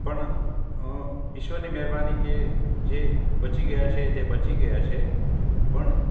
પણ ઈશ્વરની મહેરબાની કે જે બચી ગયા છે તે બચી ગયા છે પણ